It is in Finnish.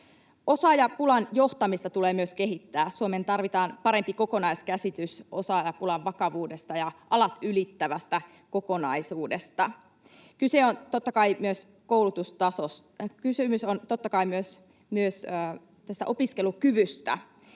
Osaajapulan johtamista tulee myös kehittää. Suomeen tarvitaan parempi kokonaiskäsitys osaajapulan vakavuudesta ja alat ylittävästä kokonaisuudesta. Kysymys on totta kai myös opiskelukyvystä.